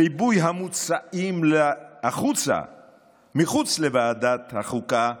ריבוי המוצאים החוצה מחוץ לוועדת החוקה,